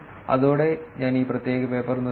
അതോടെ ഞാൻ ഈ പ്രത്യേക പേപ്പർ നിർത്തുന്നു